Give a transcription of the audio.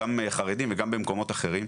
גם חרדים וגם במקומות אחרים,